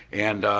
and,